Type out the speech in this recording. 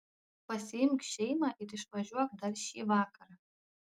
pasiimk šeimą ir išvažiuok dar šį vakarą